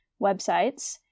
websites